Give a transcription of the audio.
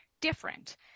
different